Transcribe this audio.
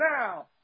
now